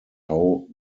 how